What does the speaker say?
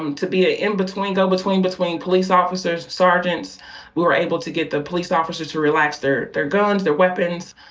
um to be a in-between, go-between between police officers, sergeants. we were able to get the police officers to relax their their guns, their weapons.